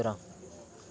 कुत्रा